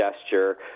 gesture